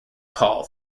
call